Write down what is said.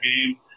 game